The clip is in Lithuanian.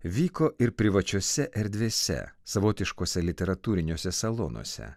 vyko ir privačiose erdvėse savotiškose literatūriniuose salonuose